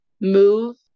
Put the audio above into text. move